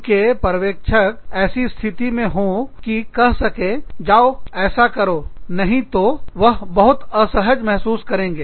उनके पर्यवेक्षक ऐसी स्थिति में हो कि कह सकें जाओ ऐसा करो नहीं तो वह बहुत असहज महसूस करेंगे